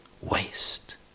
waste